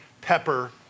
pepper